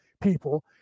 people